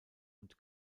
und